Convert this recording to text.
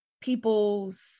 people's